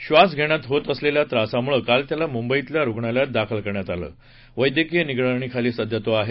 श्वास घेण्यात होत असलेल्या त्रासामुळं काल त्याला मुंबईतल्या रुग्णालयात दाखल करण्यात आलं असून वैद्यकीय निगराणीखाली तो आहे